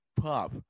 Pop